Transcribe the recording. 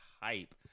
hype